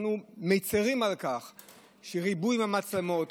אנחנו מצירים על כך שיש ריבוי מצלמות,